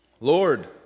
Lord